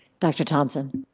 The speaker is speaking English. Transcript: dr. thompson?